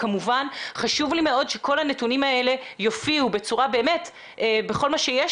כמובן חשוב לי מאוד שכל הנתונים האלה יופיעו בכל מה שיש,